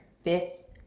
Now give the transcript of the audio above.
fifth